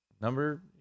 number